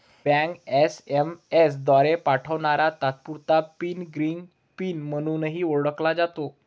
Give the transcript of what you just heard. bank SMS द्वारे पाठवणारा तात्पुरता पिन ग्रीन पिन म्हणूनही ओळखला जातो